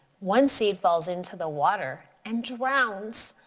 one seed falls into the water and drowns.